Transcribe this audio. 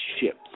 ships